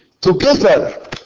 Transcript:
together